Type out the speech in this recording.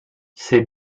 c’est